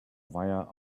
via